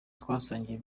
twasangiye